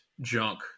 junk